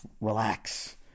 relax